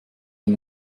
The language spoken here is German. ein